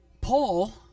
Paul